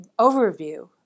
overview